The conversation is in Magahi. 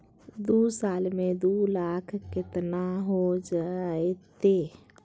दू साल में दू लाख केतना हो जयते?